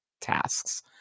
tasks